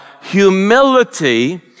humility